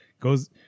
Goes